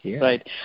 Right